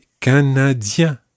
Canadien